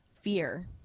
Fear